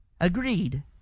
Agreed